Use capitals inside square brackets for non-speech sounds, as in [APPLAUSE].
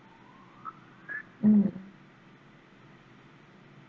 [NOISE] mm